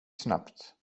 snabbt